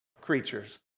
creatures